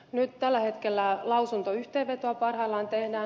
nyt tällä hetkellä lausuntoyhteenvetoa parhaillaan tehdään